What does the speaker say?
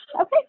okay